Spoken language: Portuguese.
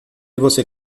você